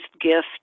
gift